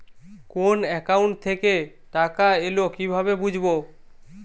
কোন একাউন্ট থেকে টাকা এল কিভাবে বুঝব?